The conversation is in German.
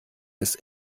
ist